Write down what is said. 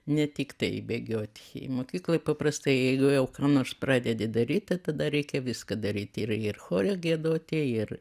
ne tiktai bėgioti mokykloj paprastai jeigu jau ką nors pradedi daryt tai tada reikia viską daryti ir ir chore giedoti ir